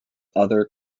other